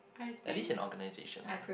at least in organisation lah